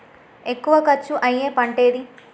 ఎక్కువ ఖర్చు అయ్యే పంటేది?